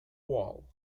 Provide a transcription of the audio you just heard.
wall